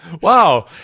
Wow